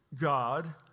God